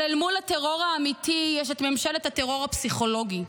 אבל אל מול הטרור האמיתי יש את ממשלת הטרור הפסיכולוגי,